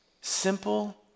Simple